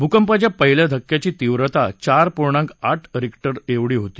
भूकंपाच्या पहिल्या धक्क्याची तीव्रता चार पूर्णांक आठ रिक्टर होती